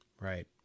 Right